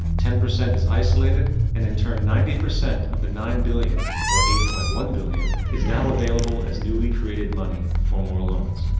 ten percent is isolated and in turn ninety percent of the nine billion, or eight point one billion is now availlable as newly created money for more loans.